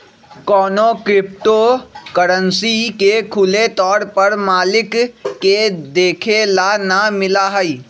कौनो crypto currency के खुले तौर पर मालिक के देखे ला ना मिला हई